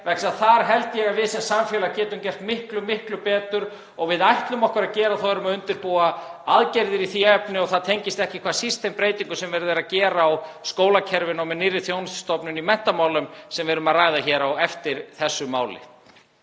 þar held ég að við sem samfélag getum gert miklu betur. Við ætlum okkur að gera það og erum að undirbúa aðgerðir í því efni og það tengist ekki hvað síst þeim breytingum sem verið er að gera á skólakerfinu og með nýrri þjónustustofnun í menntamálum sem við munum ræða hér á eftir þessu máli.